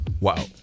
Wow